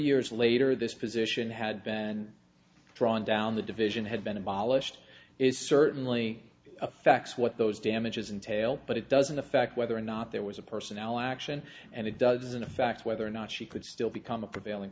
years later this position had been drawn down the division had been abolished is certainly affects what those damages entailed but it doesn't affect whether or not there was a personnel action and it doesn't affect whether or not she could still become the prevailing